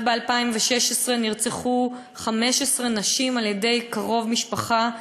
רק ב-2016 נרצחו 15 נשים על-ידי קרוב משפחה,